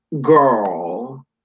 girl